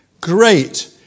Great